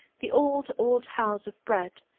the old, old house of bread,